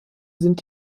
sind